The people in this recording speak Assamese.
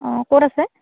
অঁ ক'ত আছে